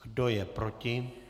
Kdo je proti?